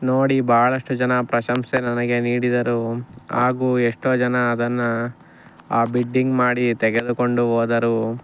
ನೋಡಿ ಭಾಳಷ್ಟು ಜನ ಪ್ರಶಂಸೆ ನನಗೆ ನೀಡಿದರು ಹಾಗೂ ಎಷ್ಟೋ ಜನ ಅದನ್ನು ಆ ಬಿಡ್ಡಿಂಗ್ ಮಾಡಿ ತೆಗೆದುಕೊಂಡು ಹೋದರು